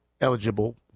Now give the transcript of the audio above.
eligible